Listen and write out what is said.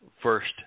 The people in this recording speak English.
first